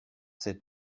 c’est